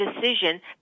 decision